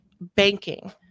banking